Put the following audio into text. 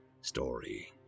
story